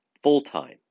full-time